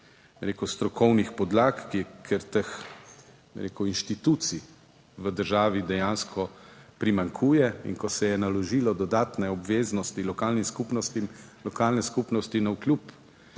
strokovnih podlag, ker teh, bi rekel, inštitucij v državi dejansko primanjkuje. In, ko se je naložilo dodatne obveznosti lokalnim skupnostim, lokalne skupnosti navkljub